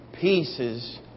pieces